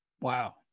Wow